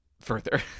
further